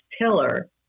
pillar